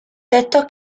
textos